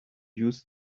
use